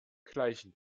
gleichen